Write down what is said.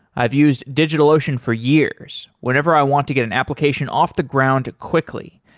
i've used digitalocean for years whenever i want to get an application off the ground quickly,